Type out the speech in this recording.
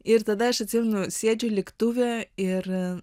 ir tada aš atsimenu sėdžiu lėktuve ir